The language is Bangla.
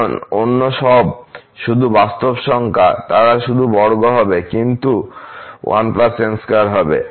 কারণ অন্য সব শুধু বাস্তব সংখ্যা তারা শুধু বর্গ হবে কিন্তু 1n2 হবে